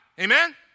Amen